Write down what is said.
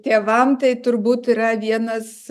tėvam tai turbūt yra vienas